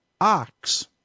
ox